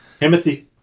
Timothy